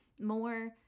More